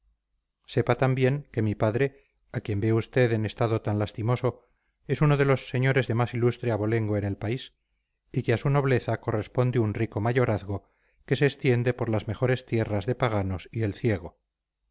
sepa también que mi padre a quien ve usted en estado tan lastimoso es uno de los señores de más ilustre abolengo en el país y que a su nobleza corresponde un rico mayorazgo que se extiende por las mejores tierras de paganos y el ciego